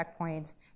checkpoints